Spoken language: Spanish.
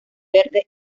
verde